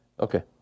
Okay